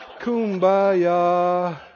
Kumbaya